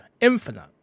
Infinite